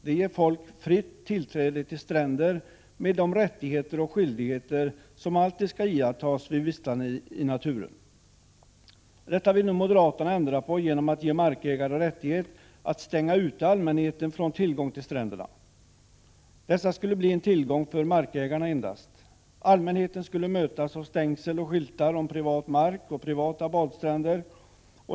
Det ger folk fritt tillträde till stränder, dock med beaktande av de rättigheter och skyldigheter som alltid skall iakttagas när man vistas i naturen. Detta vill nu moderaterna ändra på genom att ge markägare rättighet att stänga ute allmänheten från stränderna. Dessa skulle bli en tillgång endast för markägarna. Allmänheten skulle mötas av stängsel och skyltar som säger att det är privat mark och privata badstränder.